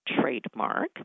trademark